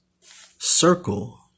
circle